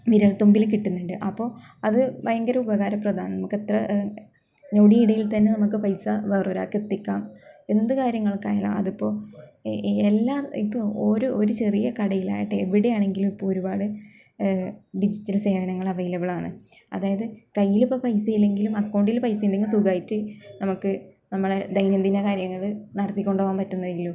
വിരൽ തുമ്പിൽ കിട്ടുന്നുണ്ട് അപ്പോൾ അത് ഭയങ്കര ഉപകരപ്രദമാണ് നമുക്കെത്ര ഞൊടിയിടയിൽ തന്നെ നമുക്ക് പൈസ വേറെ ഒരാൾക്ക് എത്തിക്കാം എന്ത് കാര്യങ്ങൾക്കായാലും അതിപ്പോൾ എല്ലാ ഇപ്പോൾ ഓരോ ഒരു ചെറിയ കടയിലാകട്ടെ എവിടെയാണെങ്കിലും ഇപ്പോൾ ഒരുപാട് ഡിജിറ്റൽ സേവനങ്ങൾ അവൈലബിൾ ആണ് അതായത് കയ്യിലിപ്പം പൈസ ഇല്ലെങ്കിലും അക്കൗണ്ടിൽ പൈസ ഉണ്ടെങ്കിൽ സുഖമായിട്ട് നമുക്ക് നമ്മുടെ ദൈനംദിനകാര്യങ്ങൾ നടത്തികൊണ്ട് പോകാൻ പറ്റുന്നതേ ഉള്ളൂ